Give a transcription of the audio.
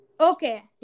Okay